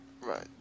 Right